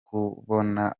kubona